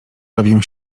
zrobię